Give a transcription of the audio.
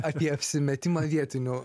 apie apsimetimą vietinių